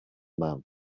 man